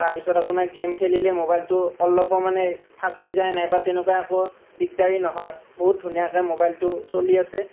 তাৰপিছত আপোনাৰ গেইম খেলিলে ম'বাইলটোৰ অলপো মানে ফাচি যায় নাইবা তেনেকুৱা একো দিগদাৰী নহয় বহুত ধুনীয়াকৈ ম'বাইলটো চলি আছে